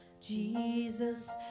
Jesus